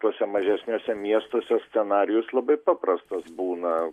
tuose mažesniuose miestuose scenarijus labai paprastas būna